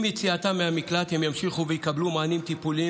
עם יציאתם מהמקלט הם ימשיכו ויקבלו מענים טיפוליים